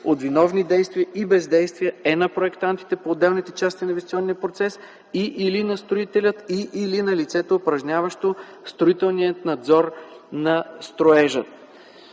от виновни действия и бездействия е на проектантите по отделните части на инвестиционния процес и/или на строителя и/или на лицето, упражняващо строителния надзор на строежа.